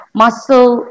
muscle